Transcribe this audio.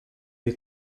les